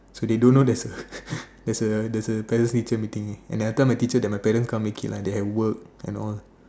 so they don't know there's a there's a there's a parents teacher meeting and I tell my teacher my parents can't make it lah they have work and all